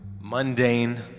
mundane